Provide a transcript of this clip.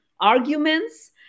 arguments